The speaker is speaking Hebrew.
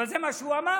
אבל זה מה שהוא אמר,